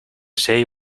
zee